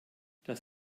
das